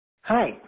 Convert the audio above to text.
Hi